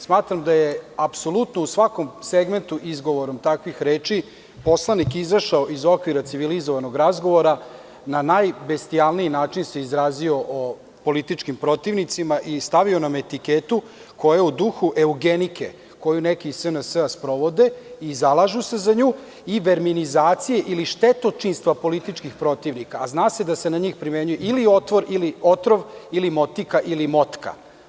Smatram da je apsolutno u svakom segmentu izgovorom takvih reči poslanik izašao iz okvira civilizovanog razgovora, na najbestijalniji način se izrazio o političkim protivnicima i stavio nam etiketu koja je u duhu eugenike koju neki iz SNS sprovode i zalažu se za nju i berminizacije ili štetočinstva političkih protivnika, a zna se da se na njih primenjuje ili otvor ili otrov ili motika ili motka.